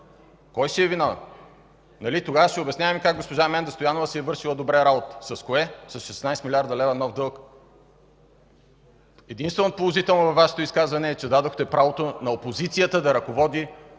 Кой ще е виновен? Тогава ще обясняваме как госпожа Менда Стоянова си е вършила добре работата. С кое? –С 16 млрд. лв. нов дълг! Единственото положително във Вашето изказване е, че дадохте правото на опозицията да ръководи